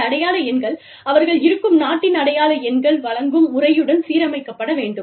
அந்த அடையாள எண்கள் அவர்கள் இருக்கும் நாட்டின் அடையாள எண்கள் வழங்கும் முறையுடன் சீரமைக்கப்பட வேண்டும்